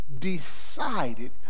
decided